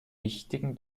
wichtigen